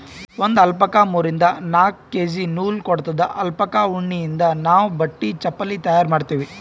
ಒಂದ್ ಅಲ್ಪಕಾ ಮೂರಿಂದ್ ನಾಕ್ ಕೆ.ಜಿ ನೂಲ್ ಕೊಡತ್ತದ್ ಅಲ್ಪಕಾ ಉಣ್ಣಿಯಿಂದ್ ನಾವ್ ಬಟ್ಟಿ ಚಪಲಿ ತಯಾರ್ ಮಾಡ್ತೀವಿ